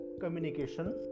communication